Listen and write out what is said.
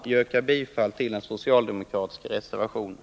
Jag yrkar bifall till den socialdemokratiska reservationen kö